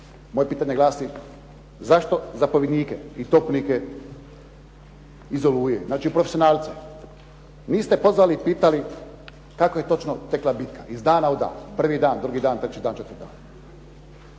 Moje pitanje glasi, zašto zapovjednike i topnike iz "Oluje", znači profesionalce, niste pozvali i pitali kako je točno tekla bitka iz dana u dan. Prvi dan, drugi dan, treći dan, četvrti dan.